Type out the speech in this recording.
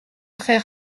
très